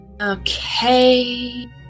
Okay